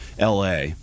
LA